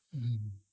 mmhmm